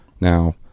now